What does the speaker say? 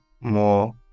more